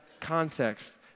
context